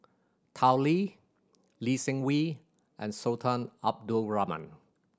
Tao Li Lee Seng Wee and Sultan Abdul Rahman